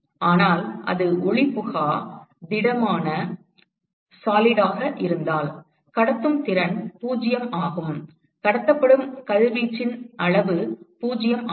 ஆனால் அது ஒளிபுகா திடமாக இருந்தால் கடத்தும் திறன் 0 ஆகும் கடத்தப்படும் கதிர்வீச்சின் அளவு 0 ஆகும்